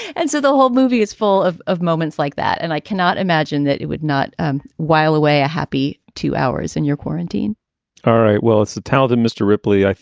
and so the whole movie is full of of moments like that. and i cannot imagine that it would not um while away a happy two hours in your quarantine all right. well, it's the talented mr. ripley.